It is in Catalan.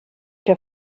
que